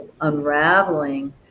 unraveling